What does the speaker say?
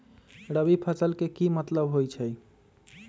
रबी फसल के की मतलब होई छई?